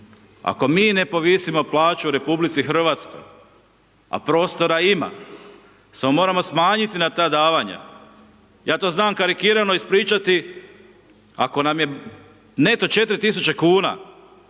ako mi ne povisimo plaću u RH, a prostora ima, samo moramo smanjiti na ta davanja, ja to znam karikirano ispričati ako nam je neto 4.000,00